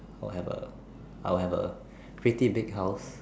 I'll have a I'll have a pretty big house